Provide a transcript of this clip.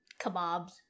kebabs